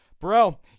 Bro